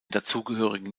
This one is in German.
dazugehörigen